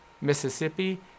Mississippi